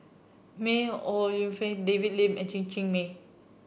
May Ooi Yu Fen David Lim and Chen Cheng Mei